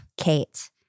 Kate